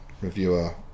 reviewer